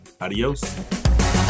adios